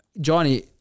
Johnny